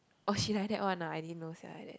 oh she like that one ah I didn't know sia like that